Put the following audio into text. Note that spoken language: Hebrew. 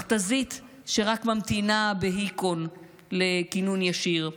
מכת"זית שרק ממתינה בהיכון לכינון ישיר,